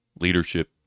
leadership